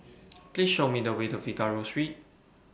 Please Show Me The Way to Figaro Street